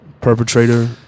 perpetrator